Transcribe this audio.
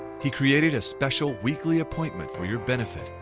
he created a special weekly appointment for your benefit.